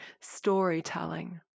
storytelling